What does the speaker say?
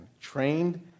trained